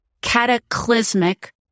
cataclysmic